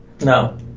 No